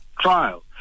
trial